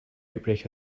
outbreak